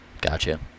gotcha